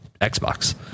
Xbox